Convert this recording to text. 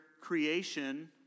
creation